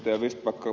oikeastaan ed